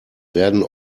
werden